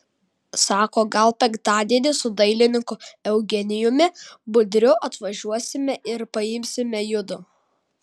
sako gal penktadienį su dailininku eugenijumi budriu atvažiuosime ir paimsime judu